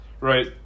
Right